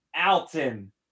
Alton